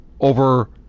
over